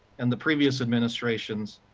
and the previous administrations,